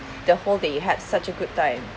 the whole day you had such a good time